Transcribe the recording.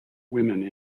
women